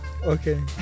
Okay